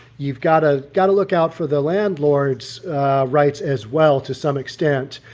you've got a got to look out for the landlord's rights as well, to some extent.